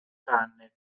canne